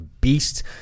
beast